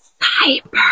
cyber